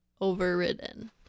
overridden